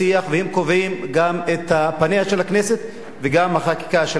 והם קובעים גם את פניה של הכנסת ושל החקיקה של הכנסת.